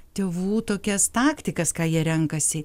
tėvų tokias taktikas ką jie renkasi